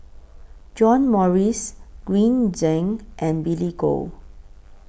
John Morrice Green Zeng and Billy Koh